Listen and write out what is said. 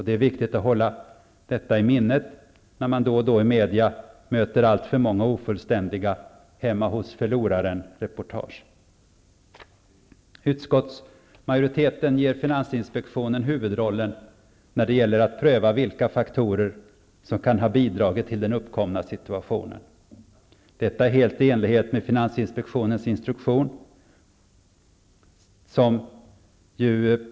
Det är viktigt att hålla detta i minnet när man då och då i media möter alltför många ofullständiga hemmahos-förloraren-reportage. tskottsmajoriteten ger finansinspektionen huvudrollen när det gäller att pröva vilka faktorer som kan ha bidragit till den uppkomna situationen. Detta är helt i enlighet med finansinspektionens instruktion.